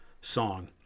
song